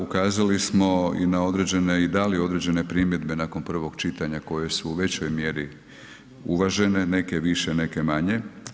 Ukazali smo i na određene i dali određene primjedbe nakon prvog čitanja koje su u većoj mjeri uvažene, neke više, neke manje.